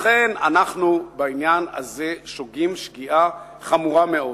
לכן, אנחנו בעניין הזה שוגים שגיאה חמורה מאוד,